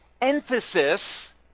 emphasis